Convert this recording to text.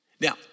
Now